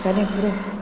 जालें पुरो